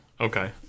okay